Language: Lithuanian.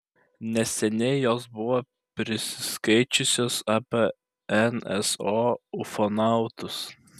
neseniai jos buvo prisiskaičiusios apie nso ufonautus